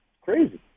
crazy